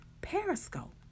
Periscope